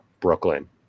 Brooklyn